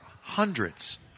hundreds